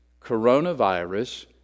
coronavirus